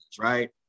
Right